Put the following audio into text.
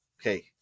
Okay